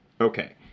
Okay